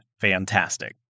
fantastic